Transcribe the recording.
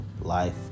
life